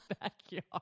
backyard